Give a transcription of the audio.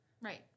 Right